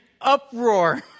uproar